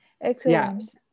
excellent